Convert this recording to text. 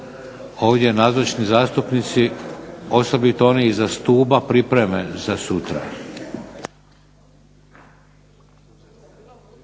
ovdje nazočni zastupnici, osobito oni iza stupa pripreme za sutra.